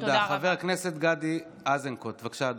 תודה רבה.